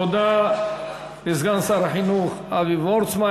תודה לסגן שר החינוך אבי וורצמן.